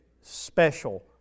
special